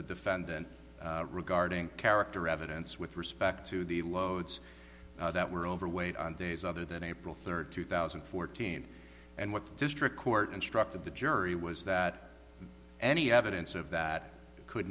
the defendant regarding character evidence with respect to the loads that were overweight on days other than april third two thousand and fourteen and what the district court instructed the jury was that any evidence of that could